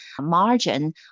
margin